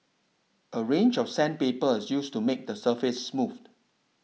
a range of sandpaper is used to make the surface smooth